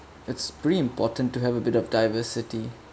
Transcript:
it's pretty important to have a bit of diversity